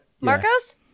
Marcos